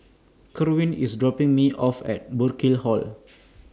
Kerwin IS dropping Me off At Burkill Hall